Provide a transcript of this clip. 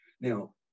now